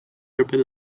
urban